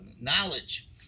knowledge